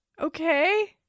Okay